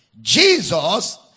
jesus